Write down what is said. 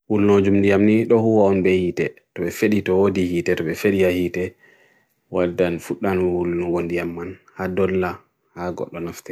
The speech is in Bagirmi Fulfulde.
Be watan ndiyam ha fandu mai be kunna lantarki sai wulna ndiyam.